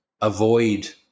avoid